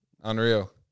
Unreal